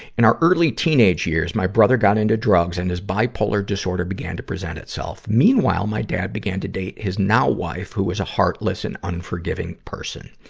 in our early teenage years, my brother got into drugs and his bipolar disorder began to present itself. meanwhile, my dad began to date his now wife, who was a heartless and unforgiving person.